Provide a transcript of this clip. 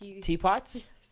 teapots